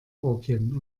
orgien